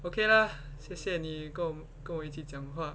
okay lah 谢谢你跟我跟我一起讲话